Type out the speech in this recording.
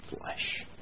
flesh